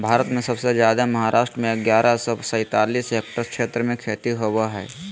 भारत में सबसे जादे महाराष्ट्र में ग्यारह सौ सैंतालीस हेक्टेयर क्षेत्र में खेती होवअ हई